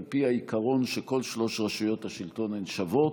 על פי העיקרון שכל שלוש רשויות השלטון הן שוות,